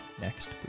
next